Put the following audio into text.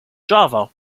java